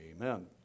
amen